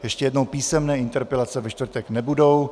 Ještě jednou písemné interpelace ve čtvrtek nebudou.